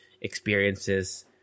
experiences